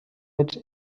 mit